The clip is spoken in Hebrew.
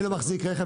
אני לא מחזיק רכב,